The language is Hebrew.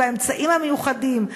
והאמצעים המיוחדים,